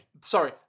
Sorry